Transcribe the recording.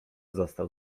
zastał